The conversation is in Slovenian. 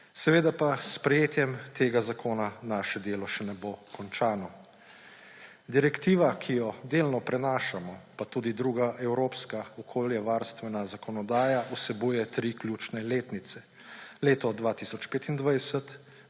Seveda pa s sprejetjem tega zakona naše delo še ne bo končano. Direktiva, ki jo delno prenašamo, pa tudi druga evropska okoljevarstvena zakonodaja vsebuje tri ključne letnice; leto 2025,